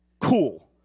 Cool